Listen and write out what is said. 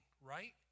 right